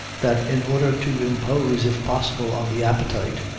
that in order to impose, if possible, on the appetite,